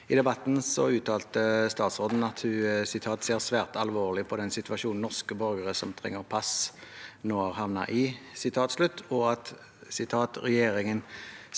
I debatten uttalte statsråden at hun «ser svært alvorlig på den situasjonen norske borgere som trenger pass, nå har havnet i», og at “regjeringen